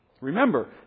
Remember